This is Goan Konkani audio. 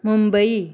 मुंबई